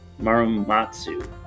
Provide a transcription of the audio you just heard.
Marumatsu